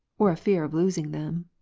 or a fear of losing them.